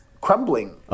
crumbling